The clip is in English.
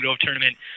tournament